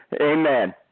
Amen